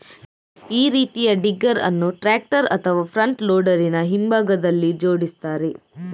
ಈ ರೀತಿಯ ಡಿಗ್ಗರ್ ಅನ್ನು ಟ್ರಾಕ್ಟರ್ ಅಥವಾ ಫ್ರಂಟ್ ಲೋಡರಿನ ಹಿಂಭಾಗದಲ್ಲಿ ಜೋಡಿಸ್ತಾರೆ